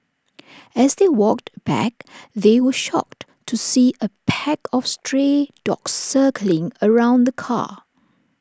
as they walked back they were shocked to see A pack of stray dogs circling around the car